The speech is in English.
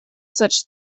such